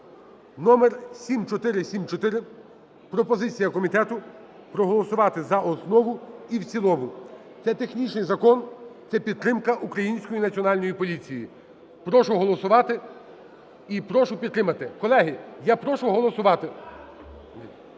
(№ 7474). Пропозиція комітету - проголосувати за основу і в цілому. Це технічний закон, це підтримка української Національної поліції. Прошу голосувати і прошу підтримати. Колеги, я прошу голосувати